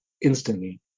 instantly